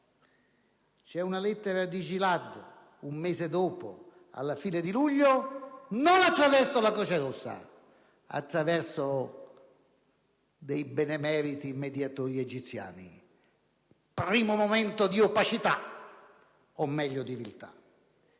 c'è una lettera di Gilad un mese dopo, alla fine di luglio, fatta pervenire non attraverso la Croce Rossa, ma attraverso dei benemeriti mediatori egiziani (primo momento di opacità o, meglio, di viltà);